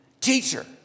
teacher